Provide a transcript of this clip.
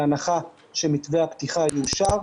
בהנחה שמתווה הפתיחה יאושר.